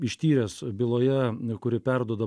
ištyręs byloje kuri perduoda